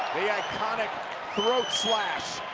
the iconic throat slash,